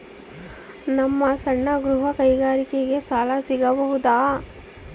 ನಮ್ಮ ಸಣ್ಣ ಗೃಹ ಕೈಗಾರಿಕೆಗೆ ಸಾಲ ಸಿಗಬಹುದಾ?